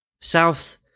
South